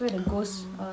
oh